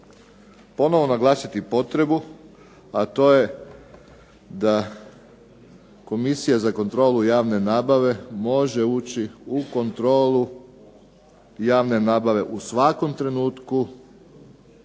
ponovo naglasiti potrebu, a to je da Komisija za kontrolu javne nabave može ući u kontrolu javne nabave u svakom trenutku